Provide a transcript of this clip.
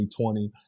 2020